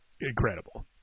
incredible